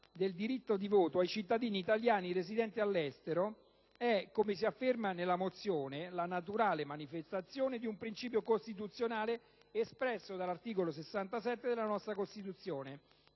del diritto di voto ai cittadini italiani residenti all'estero è, come si afferma nella mozione, la naturale manifestazione di quel principio costituzionale espresso dall'articolo 67 della nostra Costituzione